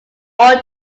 all